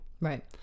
Right